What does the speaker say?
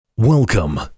Welcome